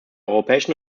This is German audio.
europäischen